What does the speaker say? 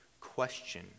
question